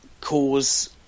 cause